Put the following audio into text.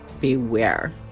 beware